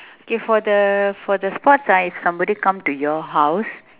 okay for the for the sports ah if somebody come to your house